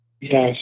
Yes